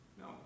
No